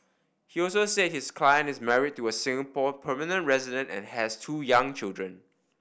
he also said his client is married to a Singapore permanent resident and has two young children